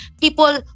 people